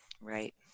right